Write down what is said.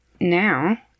Now